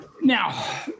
Now